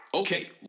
Okay